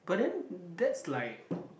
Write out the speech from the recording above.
but then that's like